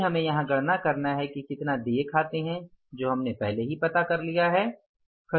फिर हमें यहां गणना करना है कि कितना देय खाते हैं जो हमने पहले ही पता कर लिया है